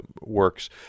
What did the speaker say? works